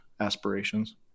aspirations